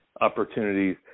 opportunities